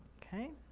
okay?